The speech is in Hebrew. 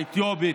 האתיופית,